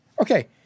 Okay